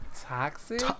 Toxic